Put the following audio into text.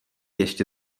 ještě